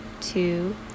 two